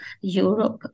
Europe